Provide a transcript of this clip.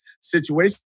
situation